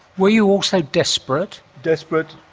were you also desperate? desperate,